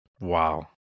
Wow